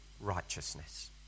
righteousness